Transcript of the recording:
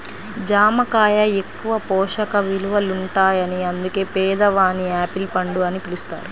జామ కాయ ఎక్కువ పోషక విలువలుంటాయని అందుకే పేదవాని యాపిల్ పండు అని పిలుస్తారు